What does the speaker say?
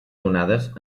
donades